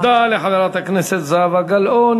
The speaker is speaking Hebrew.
תודה לחברת הכנסת זהבה גלאון.